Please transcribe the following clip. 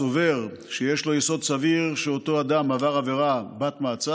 הסובר שיש לו יסוד סביר להניח שאותו אדם עבר עבירה בת-מעצר,